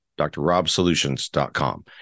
drrobsolutions.com